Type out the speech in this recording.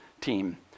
team